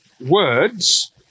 words